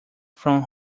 from